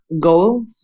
go